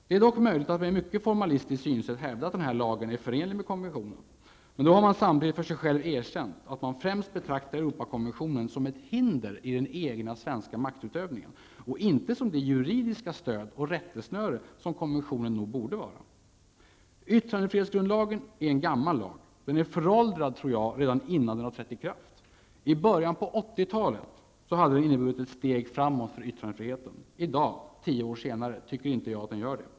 Det är dock möjligt att med ett mycket formalistiskt synsätt hävda att denna lag är förenlig med konventionen, men då har man samtidigt för sig själv erkänt att man främst betraktar Europakonventionen som ett hinder i den egna maktutövningen och inte som det juridiska stöd och rättesnöre som konventionen borde vara. Yttrandefrihetsgrundlagen är en gammal lag, föråldrad redan innan den har trätt i kraft. I början av 80-talet hade den inneburit ett steg framåt i yttrandefriheten, i dag -- tio år senare -- gör den inte det.